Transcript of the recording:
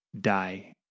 die